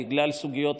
בגלל סוגיות הסודיות,